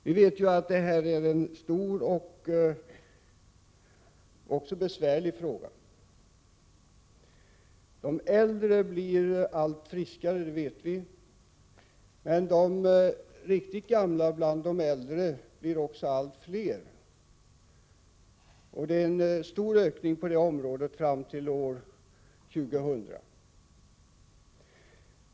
Vi vet ju att detta är en stor och också besvärlig fråga. De äldre är allt friskare — det vet vi —, men de riktigt gamla bland de äldre blir också allt fler, och ökningen av antalet riktigt gamla kommer att bli stor fram till år 2000.